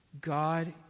God